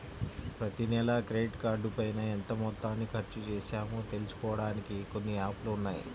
ప్రతినెలా క్రెడిట్ కార్డుపైన ఎంత మొత్తాన్ని ఖర్చుచేశామో తెలుసుకోడానికి కొన్ని యాప్ లు ఉన్నాయి